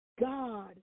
God